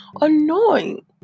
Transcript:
annoying